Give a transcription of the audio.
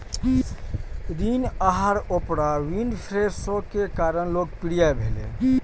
ऋण आहार Oprah Winfrey show के कारण लोकप्रिय भेलै